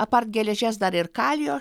apart geležies dar ir kalio